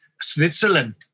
Switzerland